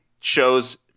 shows